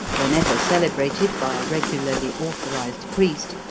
whenever celebrated by a regularly authorized priest,